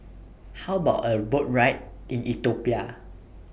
How about A Boat Tour in Ethiopia